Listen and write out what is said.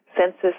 Census